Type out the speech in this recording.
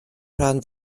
rhan